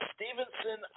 Stevenson